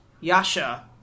Yasha